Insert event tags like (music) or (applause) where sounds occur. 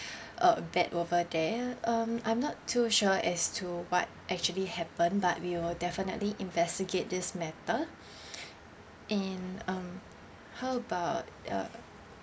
(breath) uh bad over there um I'm not too sure as to what actually happened but we will definitely investigate this matter (breath) and um how about uh